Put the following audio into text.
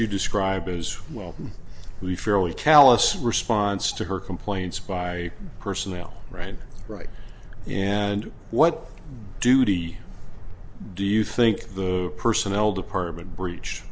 you describe as well the fairly callous response to her complaints by personnel ran right and what duty do you think the personnel department breach